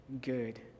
good